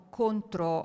contro